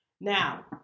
Now